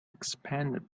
expanded